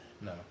No